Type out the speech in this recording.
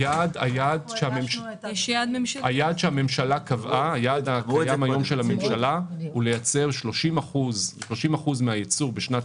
היעד שהממשלה קבעה הוא ש-30% מן הייצור בשנת